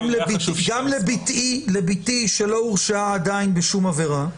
גם לבתי, שלא הורשעה עדיין בשום עבירה,